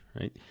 right